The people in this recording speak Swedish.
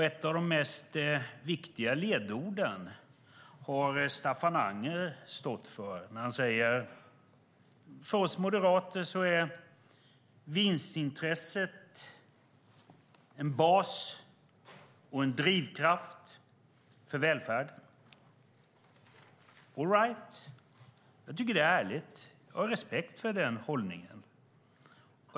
Ett av de viktigaste ledorden stod Staffan Anger för när han sade att vinstintresset är en bas och en drivkraft för välfärd för Moderaterna. All right! Jag tycker att det är ärligt och har respekt för den hållningen.